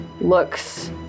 looks